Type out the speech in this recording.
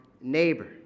neighbor